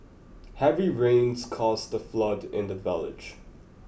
heavy rains caused a flood in the village